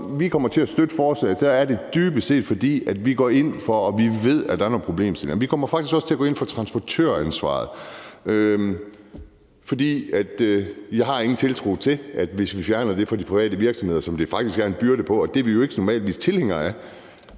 vi kommer til at støtte forslaget, er det dybest set, fordi vi går ind for det, for vi ved, at der er nogle problemstillinger. Vi kommer faktisk også til at gå ind for transportøransvaret, for vi har ingen tiltro til, at det bliver tjekket, hvis vi fjerner det fra de private virksomheder, som det faktisk er en byrde for – og det er vi jo normalvis ikke tilhængere af.